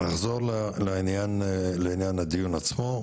נחזור לעניין הדיון עצמו.